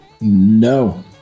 No